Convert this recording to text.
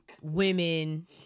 women